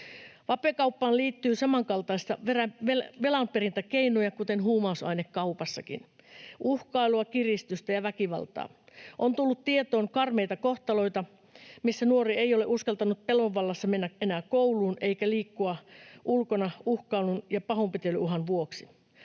Vapekauppaan liittyy samankaltaisia velanperintäkeinoja kuin huumausainekauppaankin: uhkailua, kiristystä ja väkivaltaa. On tullut tietoon karmeita kohtaloita, missä nuori ei ole uskaltanut pelon vallassa mennä enää kouluun eikä liikkua ulkona uhkailun ja pahoinpitelyuhan vuoksi.